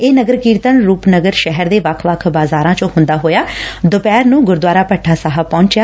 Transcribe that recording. ਇਹ ਨਗਰ ਕੀਰਤਨ ਰੂਪਨਗਰ ਸ਼ਹਿਰ ਦੇ ਵੱਖ ਵੱਖ ਬਾਜ਼ਾਰਾਂ ਚੋ ਹੂੰਦਾ ਹੋਇਆ ਦੁਪਹਿਰ ਨੂੰ ਗੁਰਦੁਆਰਾ ਭੱਠਾ ਸਾਹਿਬ ਪਹੁੰਚਿਆ